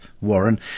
Warren